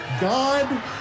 God